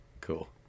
Cool